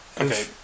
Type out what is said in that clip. Okay